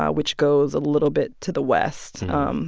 ah which goes a little bit to the west. um